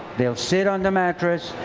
they'll sit on the mattress.